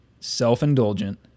self-indulgent